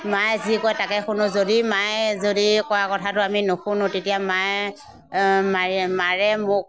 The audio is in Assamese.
মায়ে যি কয় তাকে শুনো যদি মায়ে যদি কোৱা কথাটো আমি নুশুনো তেতিয়া মায়ে মাৰি মাৰে মোক